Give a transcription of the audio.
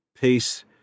Peace